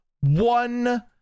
one